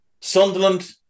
Sunderland